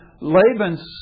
Laban's